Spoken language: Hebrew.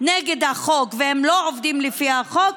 נגד החוק והם לא עובדים לפי החוק.